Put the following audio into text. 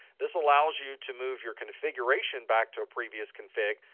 this allows you to move your configuration back to a previous config,